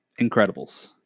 Incredibles